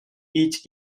each